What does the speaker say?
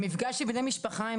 במפגש עם בני משפחה,